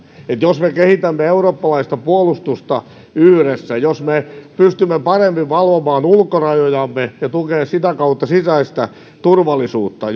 että jos me kehitämme eurooppalaista puolustusta yhdessä jos me pystymme paremmin valvomaan ulkorajojamme ja tukemaan sitä kautta sisäistä turvallisuutta